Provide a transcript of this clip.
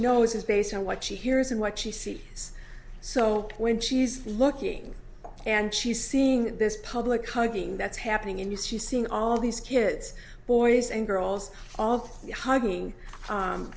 knows is based on what she hears and what she sees so when she's looking and she's seeing this public hugging that's happening in news she's seeing all these kids boys and girls all of the hugging